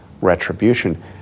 retribution